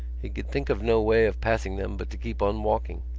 he could think of no way of passing them but to keep on walking.